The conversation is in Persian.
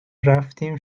رفتیم